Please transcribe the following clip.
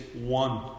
one